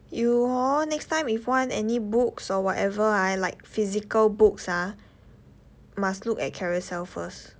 you hor next time if want any books or whatver ah like physical books ah must look at Carousell first